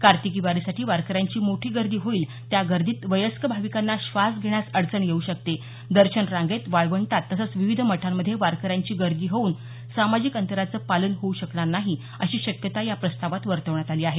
कार्तिकी वारीसाठी वारकऱ्यांची मोठी गर्दी होईल त्या गर्दीत वयस्क भाविकांना श्वास घेण्यास अडचण येऊ शकते दर्शन रांगेत वाळवंटात तसंच विविध मठांमध्ये वारकऱ्यांची गर्दी होऊन सामाजिक अंतराचं पालन होऊ शकणार नाही अशी शक्यता या प्रस्तावात वर्तवण्यात आली आहे